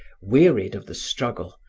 wearied of the struggle,